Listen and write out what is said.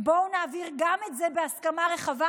בואו נעביר גם את זה בהסכמה רחבה,